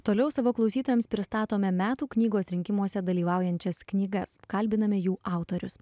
toliau savo klausytojams pristatome metų knygos rinkimuose dalyvaujančias knygas kalbiname jų autorius